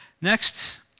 Next